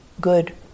good